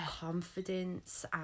confidence